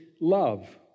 love